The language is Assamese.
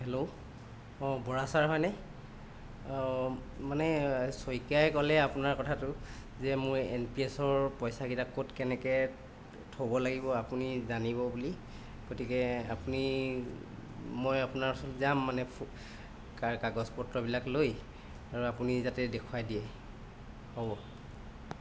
হেল্ল' অঁ বৰা ছাৰ হয়নে অঁ মানে শইকীয়াই ক'লে আপোনাৰ কথাটো যে মোৰ এনপিএছৰ পইচাকেইটাক ক'ত কেনেকৈ থ'ব লাগিব আপুনি জানিব বুলি গতিকে আপুনি মই আপোনাৰ ওচৰত যাম মানে কা কাগজ পত্ৰবিলাক লৈ আৰু আপুনি যাতে দেখুৱাই দিয়ে হ'ব